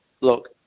look